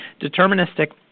Deterministic